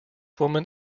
woman